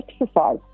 exercise